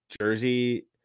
Jersey